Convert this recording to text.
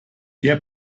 der